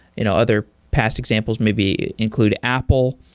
you know other past examples maybe include apple.